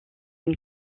une